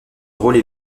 drôles